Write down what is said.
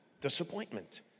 disappointment